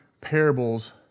parables